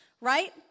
right